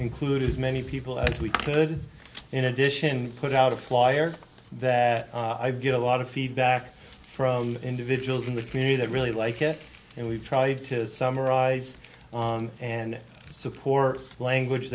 include as many people as we could in addition put out a flyer that i get a lot of feedback from individuals in the community that really like it and we tried to summarize on and support language